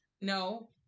No